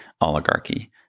oligarchy